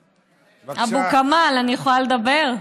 אבו כמאל, אני יכולה לדבר?